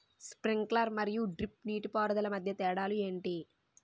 Sprinkler మరియు drip నీటిపారుదల మధ్య తేడాలు ఏంటి?